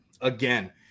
Again